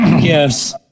gifts